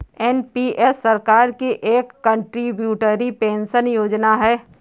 NPS सरकार की एक कंट्रीब्यूटरी पेंशन योजना है